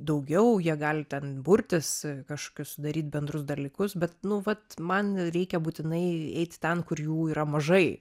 daugiau jie gali ten burtis kašokius daryt bendrus dalykus bet nu vat man reikia būtinai eit ten kur jų yra mažai